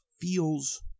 feels